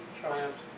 triumphs